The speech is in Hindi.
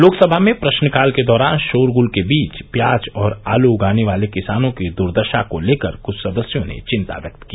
लोकसभा में प्रश्नकाल के दौरान शोरगुल के बीच प्याज और आलू उगाने वाले किसानों की दुर्दशा को लेकर कुछ सदस्यों ने चिन्ता व्यक्त की